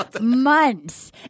months